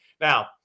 Now